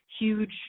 huge